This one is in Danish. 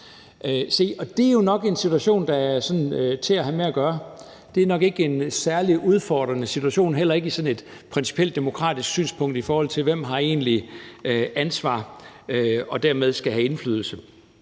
det er jo nok en situation, der sådan er til at have med at gøre. Det er nok ikke en særlig udfordrende situation, heller ikke for sådan et principielt demokratisk synspunkt, i forhold til hvem der egentlig har ansvar og dermed skal have indflydelse.